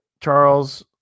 Charles